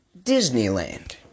Disneyland